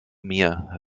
mir